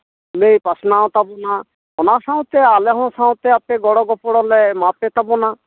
ᱞᱟᱹᱭ ᱯᱟᱥᱱᱟᱣ ᱛᱟᱵᱚᱱᱟ ᱚᱱᱟ ᱥᱟᱶᱛᱮ ᱟᱞᱮ ᱦᱚᱸ ᱥᱟᱶᱛᱮ ᱟᱯᱮ ᱜᱚᱲᱚ ᱜᱚᱯᱚᱲᱚ ᱞᱮ ᱮᱢᱟᱯᱮ ᱛᱟᱵᱚᱱᱟ